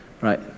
right